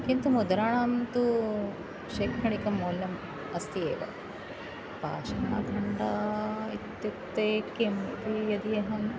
किन्तु मुद्राणां तु शैक्षणिकमौल्यम् अस्ति एव पाषाणखण्डः इत्युक्ते किं ते यदि अहं